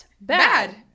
bad